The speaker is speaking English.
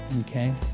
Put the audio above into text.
okay